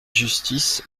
justice